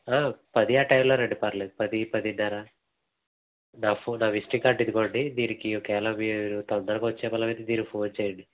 పది ఆ టైంలో రండి పర్లేదు పది పదున్నరా నా ఫోన్ నా విసిటింగ్ కార్డు ఇదిగోండి దీనికి ఒక మీరు తొందరగా వచ్చే పనైతే దీనికి ఫోన్ చేయండి సరే